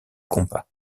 compas